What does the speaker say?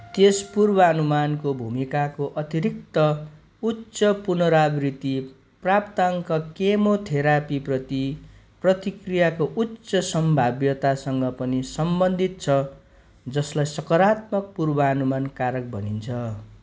त्यस पूर्वानुमानको भूमिकाको अतिरिक्त उच्च पुनरावृत्ति प्राप्ताङ्क केमोथेरापीप्रति प्रतिक्रियाको उच्च सम्भाव्यतासँग पनि सम्बन्धित छ जसलाई सकारात्मक पूर्वानुमान कारक भनिन्छ